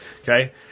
Okay